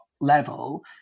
level